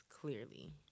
clearly